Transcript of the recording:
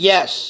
Yes